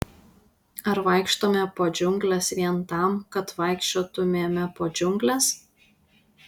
ar vaikštome po džiungles vien tam kad vaikščiotumėme po džiungles